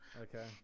okay